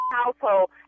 household